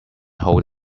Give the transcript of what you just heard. hold